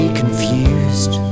confused